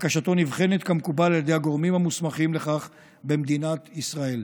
בקשתו נבחנת כמקובל על ידי הגורמים המוסמכים לכך במדינת ישראל.